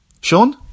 Sean